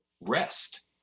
rest